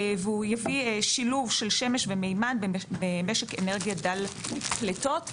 והוא יביא שילוב של שמש ומימן במשק אנרגיה דל פליטות.